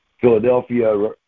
Philadelphia